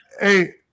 hey